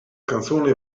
canzone